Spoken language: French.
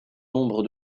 nombre